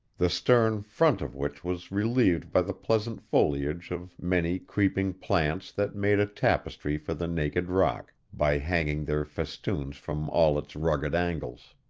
the stern front of which was relieved by the pleasant foliage of many creeping plants that made a tapestry for the naked rock, by hanging their festoons from all its rugged angles.